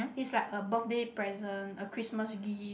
is like a birthday present a Christmas gift